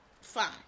fine